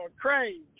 crazy